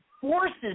forces